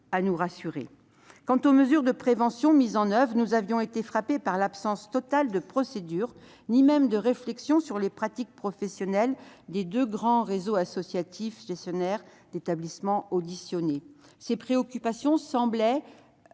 les mesures de prévention mises en oeuvre, par l'absence totale de procédure et même de réflexion sur les pratiques professionnelles des deux grands réseaux associatifs gestionnaires d'établissements auditionnés. Ces préoccupations semblaient